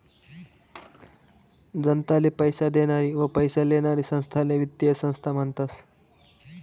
जनताले पैसा देनारी व पैसा लेनारी संस्थाले वित्तीय संस्था म्हनतस